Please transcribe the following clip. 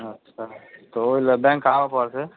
अच्छा तऽ ओइ लए बैंक आबय पड़तइ